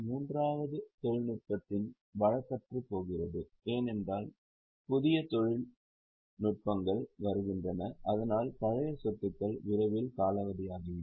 மூன்றாவது தொழில்நுட்பத்தின் வழக்கற்றுப்போகிறது ஏனெனில் புதிய தொழில்நுட்பங்கள் வருகின்றன அதனால்தான் பழைய சொத்துக்கள் விரைவில் காலாவதியாகிவிடும்